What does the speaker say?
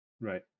right